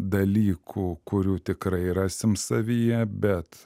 dalykų kurių tikrai rasim savyje bet